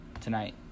tonight